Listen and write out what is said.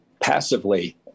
passively